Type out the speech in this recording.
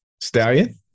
Stallion